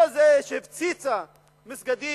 לא זה שהיא הפציצה מסגדים